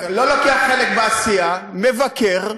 לא לוקח חלק בעשייה, מבקר.